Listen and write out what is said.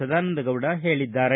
ಸದಾನಂದಗೌಡ ಹೇಳಿದ್ದಾರೆ